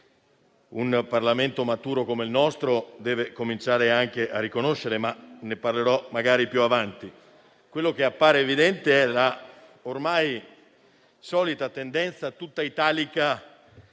un Parlamento maturo come il nostro deve cominciare a riconoscere. Ne parlerò magari più avanti. Quello che appare evidente è l'ormai solita tendenza, tutta italica,